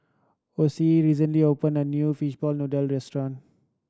Osie recently opened a new fishball noodle restaurant